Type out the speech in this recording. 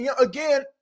again